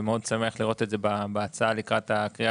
ואני מאוד שמח לראות את זה בהצעה לקראת הקריאה